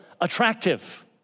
attractive